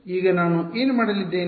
ಈಗ ನಾನು ಏನು ಮಾಡಲಿದ್ದೇನೆ